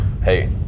hey